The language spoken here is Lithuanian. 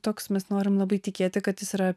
toks mes norim labai tikėti kad jis yra